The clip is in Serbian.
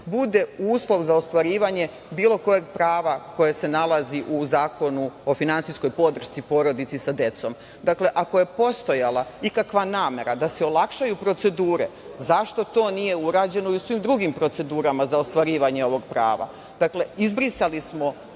bude uslov za ostvarivanje bilo kojeg prava koje se nalazi u Zakonu o finansijskoj podršci porodici sa decom. Dakle, ako je postojala ikakva namera da se olakšaju procedure, zašto to nije urađeno i u svim drugim procedurama za ostvarivanje ovog prava? Izbrisali smo